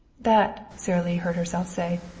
that, sara lee heard herself say,